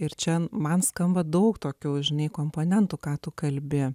ir čia man skamba daug tokių žinai komponentų ką tu kalbi